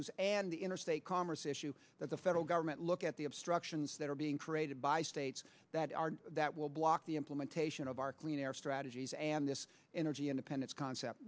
the interstate commerce issue that the federal government look at the obstructions that are being created by states that are that will block the implementation of our clean air strategies and this energy independence concept